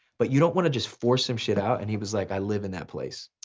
but you don't wanna just force some shit out. and he was like, i live in that place.